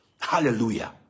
Hallelujah